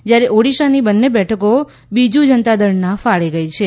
જ્યારે ઓડિશાની બંને બેઠકો બીજુ જનતાદળના ફાળે ગઇ છે